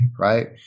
right